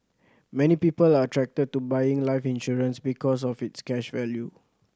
many people are attracted to buying life insurance because of its cash value